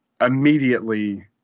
immediately